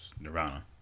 Nirvana